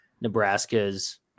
Nebraska's